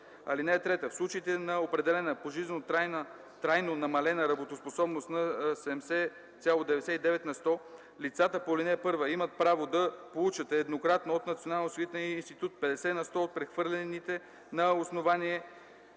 им. (3) В случай на определена пожизнено трайно намалена работоспособност над 70,99 на сто лицата по ал. 1 имат право да получат еднократно от Националния осигурителен институт 50 на сто от прехвърлените на основание